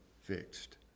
fixed